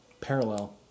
parallel